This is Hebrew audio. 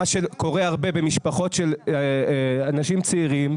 מה שקורה הרבה במשפחות של אנשים צעירים,